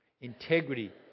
Integrity